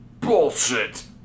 Bullshit